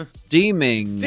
steaming